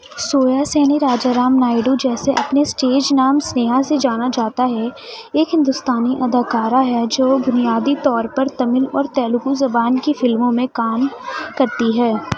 سویاسینی راجا رام نائیڈو جیسے اپنے اسٹیج نام اسنیہا سے جانا جاتا ہے ایک ہندوستانی اداکارہ ہے جو بنیادی طور پر تامل اور تیلگو زبان کی فلموں میں کام کرتی ہے